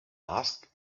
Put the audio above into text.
asked